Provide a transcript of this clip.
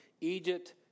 Egypt